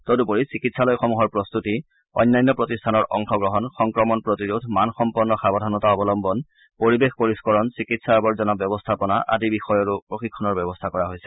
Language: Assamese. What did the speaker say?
তদুপৰি চিকিৎসালয়সমূহৰ প্ৰস্তুতি অন্যান্য প্ৰতিষ্ঠানৰ অংশগ্ৰহণ সংক্ৰমণ প্ৰতিৰোধ মানসম্পন্ন সাৱধানতা অৱলম্বন পৰিবেশ পৰিস্থৰণ চিকিৎসা আৱৰ্জনা ব্যৱস্থাপনা আদি বিভিন্ন বিষয়ৰো প্ৰশিক্ষণৰ ব্যৱস্থা কৰা হৈছে